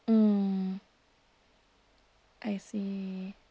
mm I see